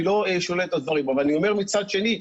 אני לא שולל את הדברים אבל אני אומר מצד שני,